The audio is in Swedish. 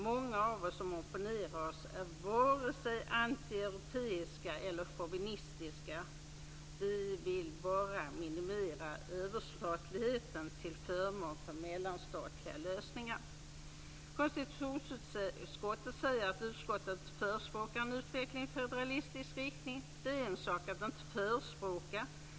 Många av oss som opponerar oss är vare sig antieuropeiska eller chauvinistiska. Vi vill bara minimera överstatligheten till förmån för mellanstatliga lösningar. Konstitutionsutskottet säger att utskottet inte förespråkar en utveckling i federalistisk riktning. Det är en sak att inte förespråka.